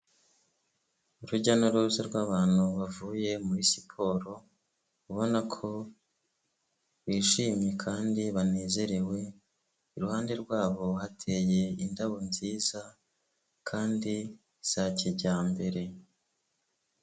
Urujya n'uruza rw'abantu bavuye muri siporo ubona ko bishimye kandi banezerewe iruhande rwabo hateye indabo nziza kandi za kijyambere.